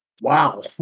wow